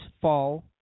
fall